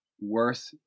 worth